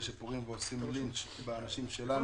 אלה שפורעים ועושים לינץ' באנשים שלנו.